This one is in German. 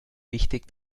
wichtig